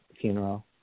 funeral